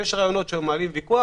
כשיש רעיונות שמעלים ויכוח,